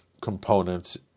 components